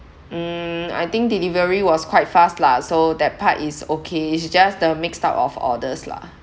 mm I think delivery was quite fast lah so that part is okay it's just the mixed up of orders lah